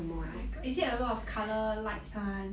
is it a lot of colour lights [one]